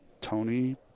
Tony